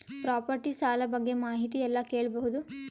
Property ಸಾಲ ಬಗ್ಗೆ ಮಾಹಿತಿ ಎಲ್ಲ ಕೇಳಬಹುದು?